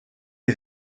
est